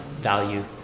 value